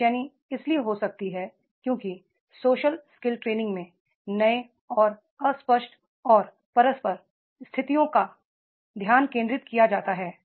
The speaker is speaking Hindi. बेचैनी इसलिए हो सकती है क्योंकि सोशल स्किल ट्रे निंग में नए और अस्पष्ट और परस्पर स्थितियों पर ध्यान केंद्रित किया जाता है